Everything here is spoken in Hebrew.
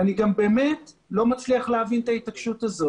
אני לא מצליח להבין את ההתעקשות.